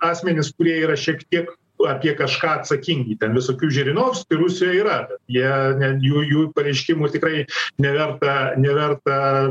asmenis kurie yra šiek tiek apie kažką atsakingi ten visokių žirinovskių rusijoj yra jie jų jų pareiškimų tikrai neverta neverta